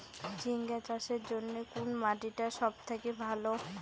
ঝিঙ্গা চাষের জইন্যে কুন মাটি টা সব থাকি ভালো?